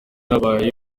yabaye